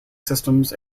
systems